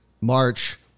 March